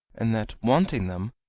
and that, wanting them,